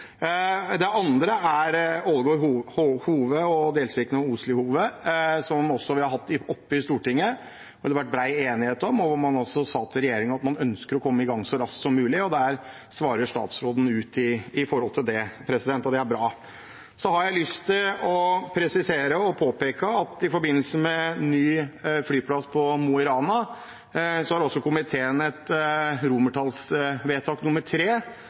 Det andre gjelder Ålgård–Hove og delstrekningen Osli–Hove, som vi også har hatt oppe i Stortinget. Det har vært bred enighet om dette, og man har sagt til regjeringen at man ønsker å komme i gang så raskt som mulig. Statsråden svarer ut om dette, og det er bra. Så har jeg lyst til å presisere og påpeke at i forbindelse med ny flyplass i Mo i Rana har også komiteen et romertallsvedtak,